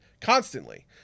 constantly